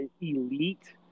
elite